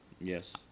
Yes